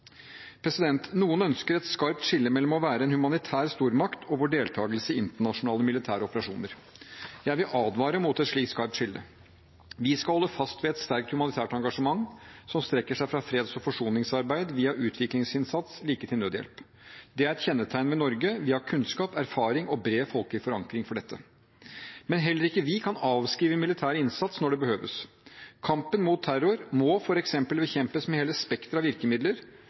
Noen ønsker et skarpt skille mellom å være en humanitær stormakt og vår deltagelse i internasjonale militære operasjoner. Jeg vil advare mot et slikt skarpt skille. Vi skal holde fast ved et sterkt humanitært engasjement som strekker seg fra freds- og forsoningsarbeid via utviklingsinnsats like til nødhjelp. Det er et kjennetegn ved Norge. Vi har kunnskap, erfaring og bred folkelig forankring for dette. Men heller ikke vi kan avskrive militær innsats når det behøves. Kampen mot terror må f.eks. bekjempes med hele spekteret av virkemidler,